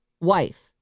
wife